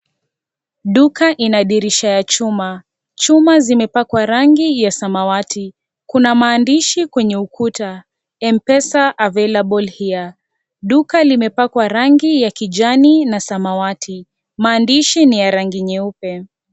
Duka ina dirisha ya chuma, chuma zimepakwa rangi ya samawati, kuna maandishi kwenye ukuta, Mpesa available here duka limepakwa rangi ya kijani na samawati maandishi niya rangi nyeupe.